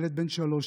ילד בן שלוש,